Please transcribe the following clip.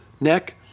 neck